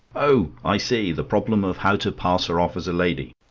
oh, i see. the problem of how to pass her off as a lady.